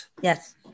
Yes